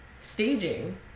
staging